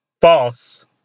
False